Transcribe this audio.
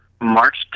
March